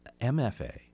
MFA